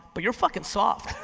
but you're fucking soft.